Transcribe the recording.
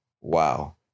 wow